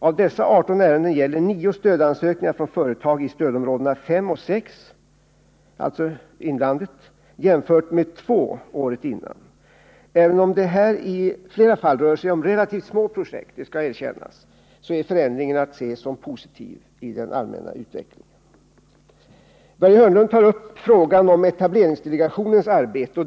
Av dessa 18 ärenden gällde 9 stödansökningar från företag i stödområdena 5 och 6, alltså inlandet, jämfört med 2 året innan. Även om det i flera fall här rör sig om relativt små projekt — det skall erkännas — är förändringen att se som positiv i den allmänna utvecklingen. Börje Hörnlund tog upp frågan om etableringsdelegationens arbete.